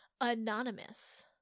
Anonymous